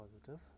positive